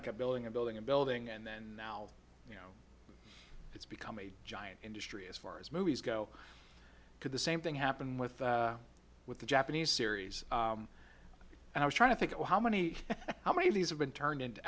ago building a building and building and then now you know it's become a giant industry as far as movies go to the same thing happened with the with the japanese series and i was trying to think of how many how many of these have been turned into